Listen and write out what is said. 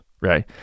right